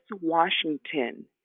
Washington